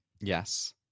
yes